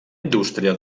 indústria